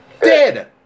Dead